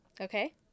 Okay